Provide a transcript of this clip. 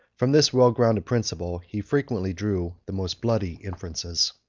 from this well-grounded principle he frequently drew the most bloody inferences.